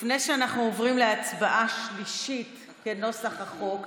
לפני שאנחנו עוברים לקריאה שלישית, כנוסח החוק,